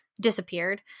disappeared